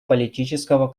политического